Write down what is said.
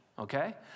okay